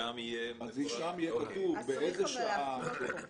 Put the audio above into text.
שם יהיה כתוב באיזו שעה וכולי.